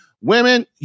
Women